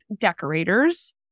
decorators